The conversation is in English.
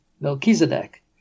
Melchizedek